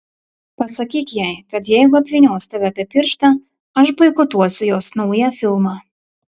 pasakyk jai kad jeigu apvynios tave apie pirštą aš boikotuosiu jos naują filmą